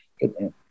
good